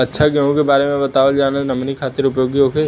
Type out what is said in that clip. अच्छा गेहूँ के बारे में बतावल जाजवन हमनी ख़ातिर उपयोगी होखे?